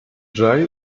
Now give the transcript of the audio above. dry